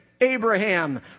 Abraham